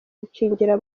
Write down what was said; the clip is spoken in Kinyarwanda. gukingira